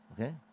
Okay